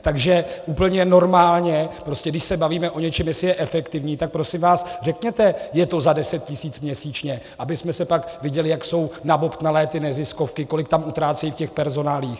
Takže úplně normálně, prostě když se bavíme o něčem, jestli je efektivní, tak prosím vás řekněte, je to za deset tisíc měsíčně, abychom pak viděli, jak jsou nabobtnalé ty neziskovky, kolik tam utrácejí v těch personáliích.